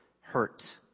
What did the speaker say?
hurt